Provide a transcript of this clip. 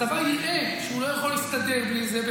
הצבא יראה שהוא לא יכול להסתדר בלי זה,